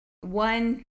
one